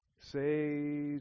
say